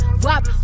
wop